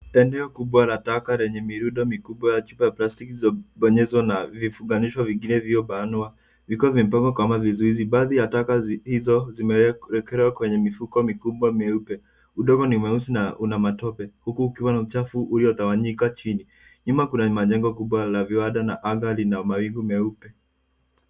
Eneo kubwa la taka lenye mirundo mikubwa ya chupa ya plastiki zilizobonyezwa na vifunganisho vingine vilivyobanwa. Viko vimepangwa kama vizuizi. Baadhi ya taka hizo zimewekelewa kwenye mifuko mikubwa mieupe. Udongo ni mweusi na una matope huku ukiwa na uchafu uliotawanyika chini. Nyuma kuna majengo kubwa la viwanda na anga lina mawingu meupe.